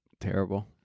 Terrible